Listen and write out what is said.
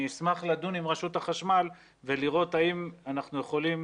אשמח לדון עם רשות החשמל ולראות האם אנחנו יכולים